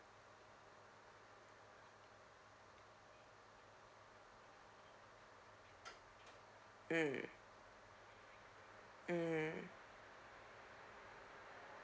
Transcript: mm mm